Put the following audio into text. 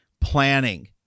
planning